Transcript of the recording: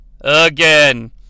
again